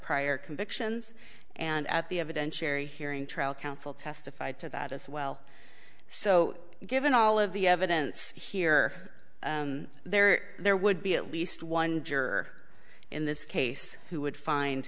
prior convictions and at the evidence cherry hearing trial counsel testified to that as well so given all of the evidence here there there would be at least one juror in this case who would find